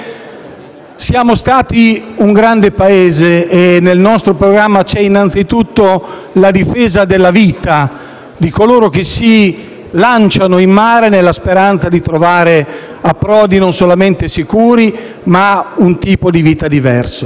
siamo stati un grande Paese e nel nostro programma c'è anzitutto la difesa della vita di coloro che si lanciano in mare nella speranza di trovare non solamente approdi sicuri, ma anche un tipo di vita diverso.